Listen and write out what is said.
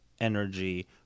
energy